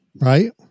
right